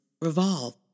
revolve